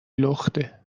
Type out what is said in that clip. لخته